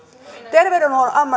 terveydenhuollon